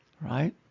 right